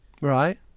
Right